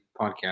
podcast